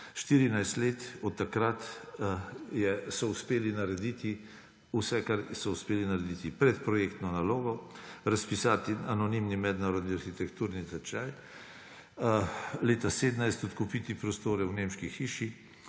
14 let od takrat so uspeli narediti vse, kar so uspeli narediti: predprojektno nalogo, razpisati anonimni mednarodni arhitekturni natečaj, leta 2017 odkupiti prostore v Nemški hiši,